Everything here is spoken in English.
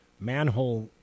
manhole